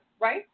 right